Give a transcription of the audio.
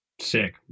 Sick